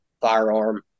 firearm